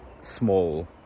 small